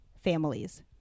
families